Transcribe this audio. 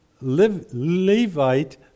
Levite